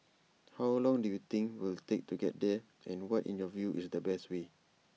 how long do you think we'll take to get there and what in your view is the best way